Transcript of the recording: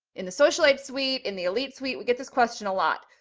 in the social aid suite, in the elite suite. we get this question a lot.